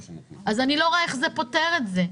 אני לא רואה איך זה פותר את הבעיה הזאת.